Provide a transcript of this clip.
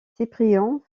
cyprien